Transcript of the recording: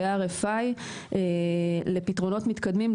ב-RFI לפתרונות מתקדמים,